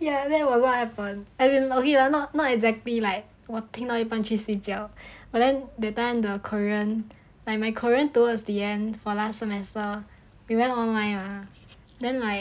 ya that was what happen and we we are not not exactly like 我听到一半去睡觉 but then that time the korean like my korean towards the end for last semester we went online ah then like